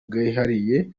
bwihariye